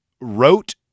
wrote